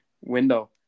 window